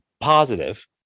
positive